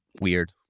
Weird